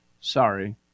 Sorry